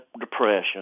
depression